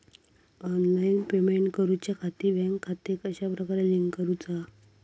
Online payment करुच्याखाती bank खाते कश्या प्रकारे लिंक करुचा?